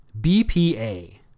BPA